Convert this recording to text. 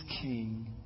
king